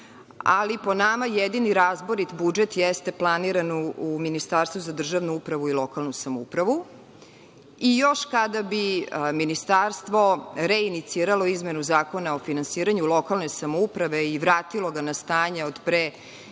ali po nama jedini razborit budžet jeste planiran u Ministarstvu za državnu upravu i lokalnu samoupravu. Još kada bi Ministarstvo reiniciralo izmenu Zakona o finansiranju lokalne samouprave i vratilo ga na stanje od pre